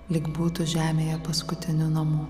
lyg būtų žemėje paskutiniu namo